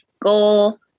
goal